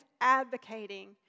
advocating